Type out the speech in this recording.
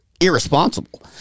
irresponsible